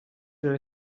nelle